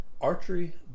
Archery